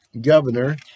governor